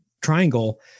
triangle